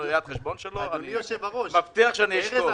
ראיית החשבון שלו אני מבטיח שאני אשקול.